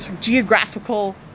geographical